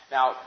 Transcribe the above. Now